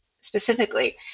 specifically